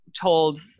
told